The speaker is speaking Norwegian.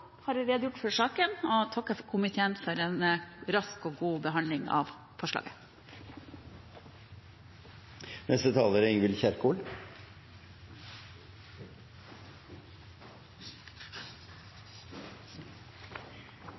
har jeg redegjort for saken og takker komiteen for en rask og god behandling av forslaget.